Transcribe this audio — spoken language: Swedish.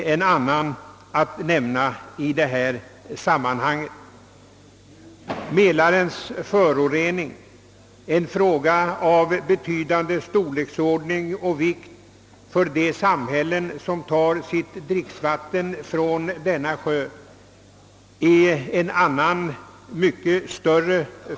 Naturvården kommer vidare in i sammanhanget. Mälarens förorening är också en fråga av betydande storleksordning och vikt för de samhällen, som tar sitt dricksvatten från denna sjö.